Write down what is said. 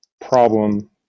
problem